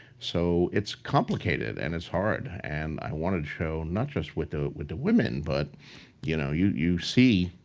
so, it's complicated and it's hard. and i want to show not just with ah with the women, but you know you you see